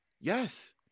Yes